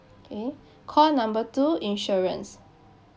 okay call number two insurance